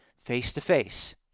face-to-face